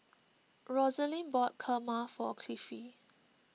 Roselyn bought Kurma for Cliffie